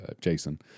Jason